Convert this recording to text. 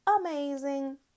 amazing